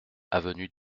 avenue